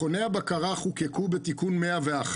מכוני הבקרה חוקקו בתיקון 101,